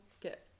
get